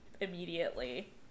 immediately